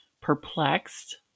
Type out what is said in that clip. perplexed